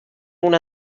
una